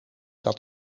dat